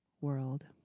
world